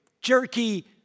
jerky